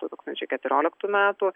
du tūkstančiai keturioliktų metų